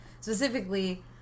Specifically